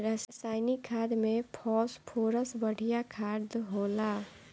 रासायनिक खाद में फॉस्फोरस बढ़िया खाद होला